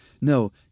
No